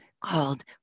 called